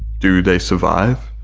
do they survive?